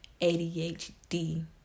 ADHD